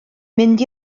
mynd